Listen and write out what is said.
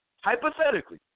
hypothetically